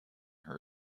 her